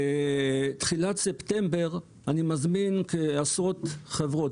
בתחילת ספטמבר אני מזמין עשרות חברות,